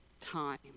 time